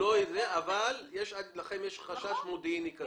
אבל לכם יש חשש מודיעיני כבד.